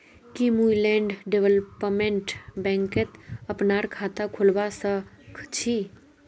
की मुई land development बैंकत अपनार खाता खोलवा स ख छी?